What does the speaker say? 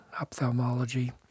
ophthalmology